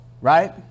right